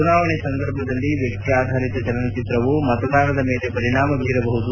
ಚುನಾವಣೆ ಸಂದರ್ಭದಲ್ಲಿ ವ್ಯಕ್ತಿ ಆಧಾರಿತ ಚಲನಚಿತ್ರವು ಮತದಾನದ ಮೇಲೆ ಪರಿಣಾಮ ಭೀರಬಹುದು